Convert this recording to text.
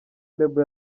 label